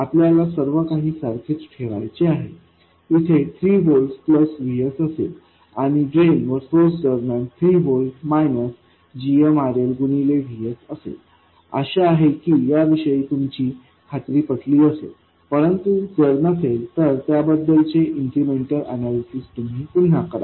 आपल्याला सर्व काही सारखेच ठेवायचे आहे येथे 3 व्होल्ट्स प्लस VS असेल आणि ड्रेन व सोर्स दरम्यान 3 व्होल्ट्स मायनस gmRL गुणिले VSअसेल आशा आहे की याविषयी तुमची खात्री पटली असेल परंतु जर नसेल तर त्याबद्दल चे इन्क्रिमेंटल एनालिसिस तुम्ही पुन्हा करा